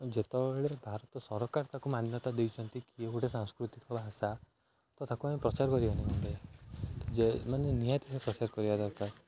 ଯେତେବେଳେ ଭାରତ ସରକାର ତାକୁ ମାନ୍ୟତା ଦେଇଛନ୍ତି ଇଏ ଗୋଟେ ସାଂସ୍କୃତିକ ଭାଷା ତ ତାକୁ ଆମ ପ୍ରଚାର କରିବା ଯେ ମାନେ ନିହାତି ପ୍ରଚାର କରିବା ଦରକାର